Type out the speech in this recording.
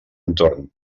entorn